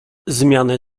zmiany